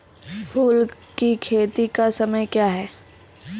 फुल की खेती का समय क्या हैं?